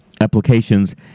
applications